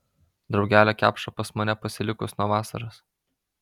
draugelio kepša pas mane pasilikus nuo vasaros